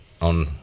on